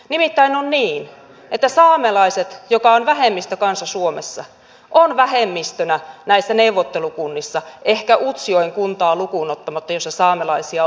nimittäin on niin että saamelaiset joka on vähemmistökansa suomessa on vähemmistönä näissä neuvottelukunnissa ehkä lukuun ottamatta utsjoen kuntaa jossa saamelaisia on valtaväestö